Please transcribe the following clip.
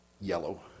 yellow